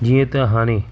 जीअं त हाणे